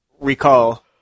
recall